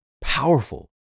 powerful